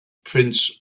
prince